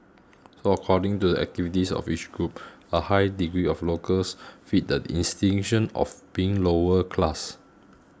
so according to the activities of each group a high degree of locals fit the of being lower class